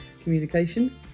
communication